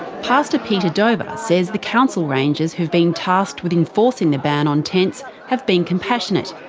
pastor peter dover says the council rangers who've been tasked with enforcing the ban on tents have been compassionate,